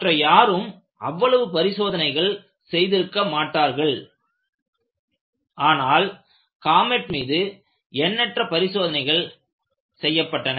மற்ற யாரும் அவ்வளவு பரிசோதனைகள் செய்திருக்க மாட்டார்கள் ஆனால் காமெட் மீது எண்ணற்ற பரிசோதனைகள் செய்யப்பட்டன